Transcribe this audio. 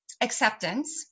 acceptance